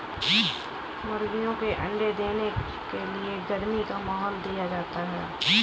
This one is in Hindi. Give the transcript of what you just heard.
मुर्गियों के अंडे देने के लिए गर्मी का माहौल दिया जाता है